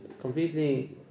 completely